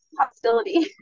hostility